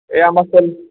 এ আমাৰ